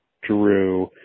Drew